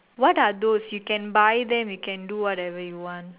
what are those you can buy them you can do whatever you want